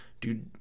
dude